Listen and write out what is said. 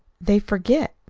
they forget.